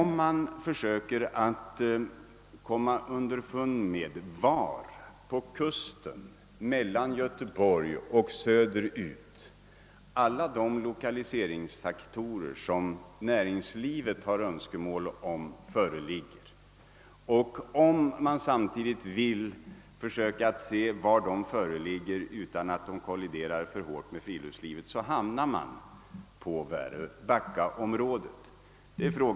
Man har undersökt var på kuststräckan söder om Göteborg alla de lokaliseringsfaktorer föreligger som näringslivet har önskemål om. Vill man också ta hänsyn till var man kan förlägga ett industriområde där näringslivets intressen kolliderar minst med friluftslivets, kommer man fram till att väröbackaområdet är det lämpligaste.